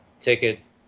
tickets